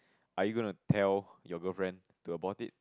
are you going to tell your girlfriend to abort it